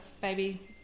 baby